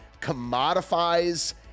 commodifies